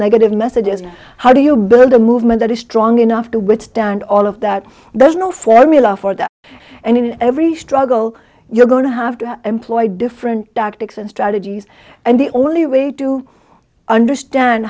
negative messages how do you build a movement that is strong enough to withstand all of that there's no formula for that and in every struggle you're going to have to employ different tactics and strategies and the only way to understand